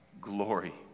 glory